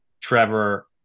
Trevor